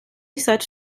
such